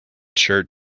shirt